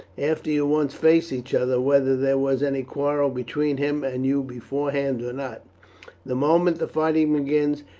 after you once face each other, whether there was any quarrel between him and you beforehand or not the moment the fighting begins,